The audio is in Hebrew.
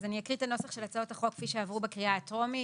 אקריא את הנוסח של הצעות החוק כפי שעברו בקריאה הטרומית.